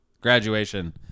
Graduation